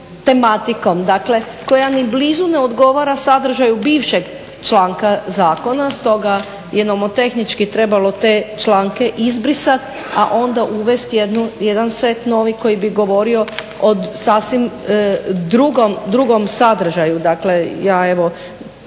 tematikom. Dakle, koja ni blizu ne odgovara sadržaju bivšeg članka zakona. Stoga je nomotehnički trebalo te članke izbrisati, a onda uvesti jedan set novi koji bi govorio o sasvim drugom sadržaju. Dakle, ja evo